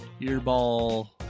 earball